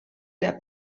der